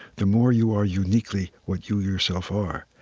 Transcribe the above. the more you are uniquely what you, yourself, are.